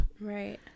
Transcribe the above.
Right